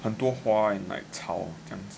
很多花和草